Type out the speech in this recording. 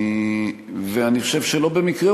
ואני חושב שלא במקרה,